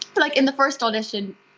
like in the first audition,